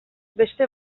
beste